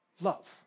love